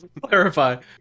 clarify